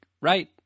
right